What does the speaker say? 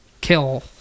kill